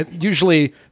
usually